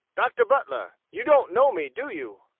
doctor butler you don't know me do you?